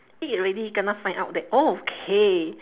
eat already kena find out that okay